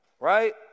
right